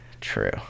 True